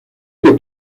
que